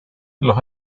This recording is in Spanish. los